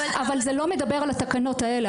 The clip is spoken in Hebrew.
אבל זה לא מדבר על התקנות האלה.